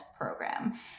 program